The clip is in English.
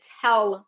tell